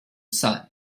sun